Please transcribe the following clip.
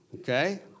okay